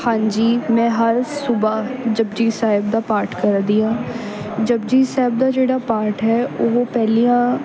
ਹਾਂਜੀ ਮੈਂ ਹਰ ਸੁਬਹ ਜਪੁਜੀ ਸਾਹਿਬ ਦਾ ਪਾਠ ਕਰਦੀ ਹਾਂ ਜਪੁਜੀ ਸਾਹਿਬ ਦਾ ਜਿਹੜਾ ਪਾਠ ਹੈ ਉਹ ਪਹਿਲੀਆਂ